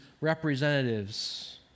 representatives